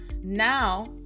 now